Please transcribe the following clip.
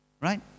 right